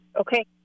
okay